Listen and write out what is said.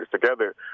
together